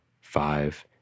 five